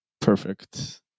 Perfect